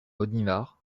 bonnivard